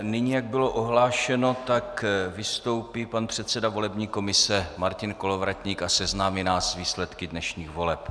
Nyní, jak bylo ohlášeno, tak vystoupí pan předseda volební komise Martin Kolovratník a seznámí nás s výsledky dnešních voleb.